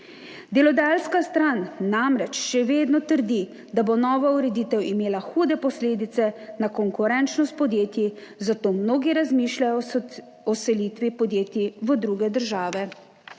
Delodajalska stran namreč še vedno trdi, da bo nova ureditev imela hude posledice za konkurenčnost podjetij, zato mnogi razmišljajo o selitvi podjetij v druge države